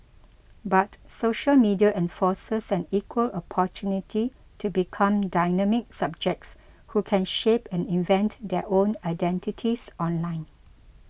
but social media enforces an equal opportunity to become dynamic subjects who can shape and invent their own identities online